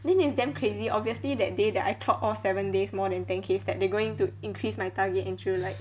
then is damn crazy obviously that day that I clocked all seven days more than ten K steps they going to increase my target into like